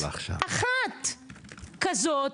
אחת כזו,